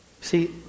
See